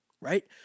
right